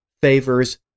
favors